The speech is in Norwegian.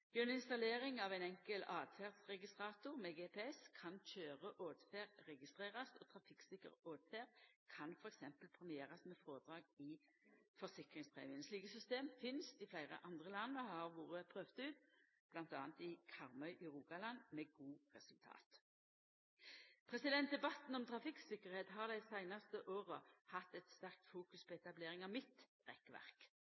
Gjennom installering av ein enkel åtferdsregistrator med GPS kan køyreåtferd registrerast, og trafikksikker åtferd kan f.eks. premierast med frådrag i forsikringspremien. Slike system finst i fleire andre land og har vore prøvde ut, bl.a. i Karmøy i Rogaland, med gode resultat. Debatten om trafikktryggleik har dei seinaste åra hatt ei sterk fokusering på